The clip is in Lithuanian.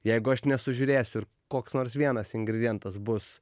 jeigu aš nesužiūrėsiu koks nors vienas ingredientas bus